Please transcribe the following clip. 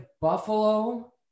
Buffalo